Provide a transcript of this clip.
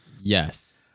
yes